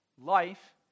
life